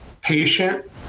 patient